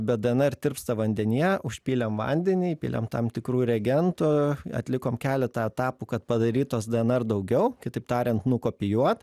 bet dnr tirpsta vandenyje užpylėm vandenį įpylėm tam tikrų regentų atlikom keletą etapų kad padaryt tos dnr daugiau kitaip tariant nukopijuot